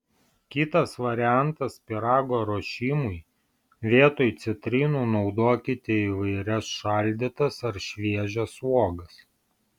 kitas variantas pyrago ruošimui vietoj citrinų naudokite įvairias šaldytas ar šviežias uogas